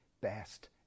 best